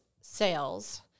sales